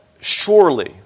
Surely